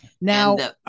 now